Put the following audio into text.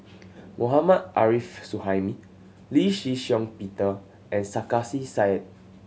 Mohammad Arif Suhaimi Lee Shih Shiong Peter and Sarkasi Said